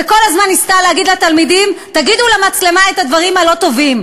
וכל הזמן ניסתה להגיד לתלמידים: תגידו למצלמה את הדברים הלא-טובים.